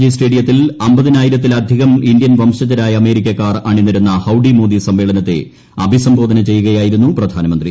G സ്റ്റേഡിയത്തിൽ അമ്പതിനായിരത്തിലധികം Indian വംശജരായ അമേരിക്കക്കാർ അണിനിരന്ന ഹൌഡി മോദി സമ്മേളനത്തെ അഭിസംബോധന ചെയ്യുകയായിരുന്നു പ്രധാനമന്ത്രി